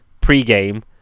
pre-game